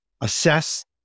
assess